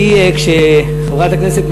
יש הדרה מנגישות לכסף,